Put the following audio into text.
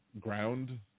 ground